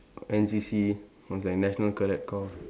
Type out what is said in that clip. N_C_C was like national cadet corp